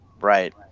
Right